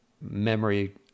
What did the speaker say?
memory